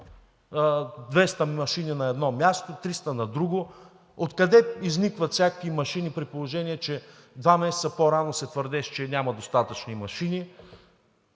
200 машини на едно място, 300 на друго, откъде изникват всякакви машини, при положение че два месеца по рано се твърдеше, че няма достатъчно машини,